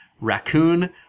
raccoon